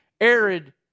arid